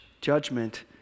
judgment